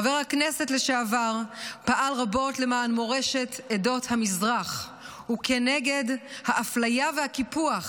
חבר הכנסת לשעבר פעל רבות למען מורשת עדות המזרח וכנגד האפליה והקיפוח.